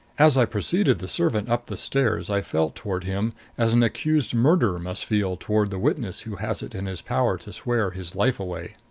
as i preceded the servant up the stairs i felt toward him as an accused murderer must feel toward the witness who has it in his power to swear his life away.